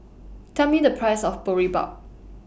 Tell Me The Price of Boribap